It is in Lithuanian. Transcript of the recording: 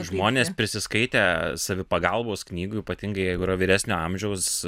žmonės prisiskaitę savipagalbos knygų ypatingai jeigu yra vyresnio amžiaus